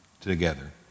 together